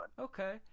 okay